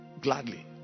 gladly